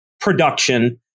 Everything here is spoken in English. production